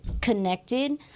connected